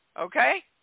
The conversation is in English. Okay